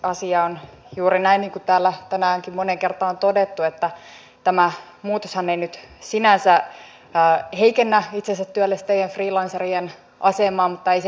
asia on juuri näin niin kuin täällä tänäänkin moneen kertaan on todettu että tämä muutoshan ei nyt sinänsä heikennä itsensä työllistävien freelancerien asemaa mutta ei se sitä kyllä parannakaan